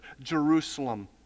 Jerusalem